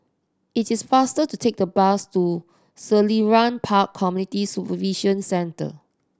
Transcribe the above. it is faster to take the bus to Selarang Park Community Supervision Centre